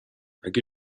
اگه